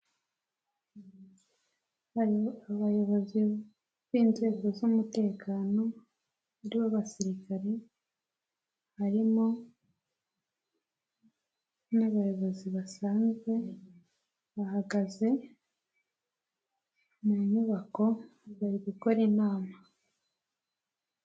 Hari abayobozi b'inzego z'umutekano harimo abasirikare, harimo n'abayobozi basanzwe bahagaze mu nyubako bari gukora inama.